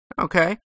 Okay